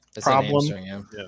problem